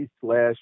slash